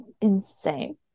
insane